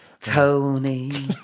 tony